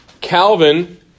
Calvin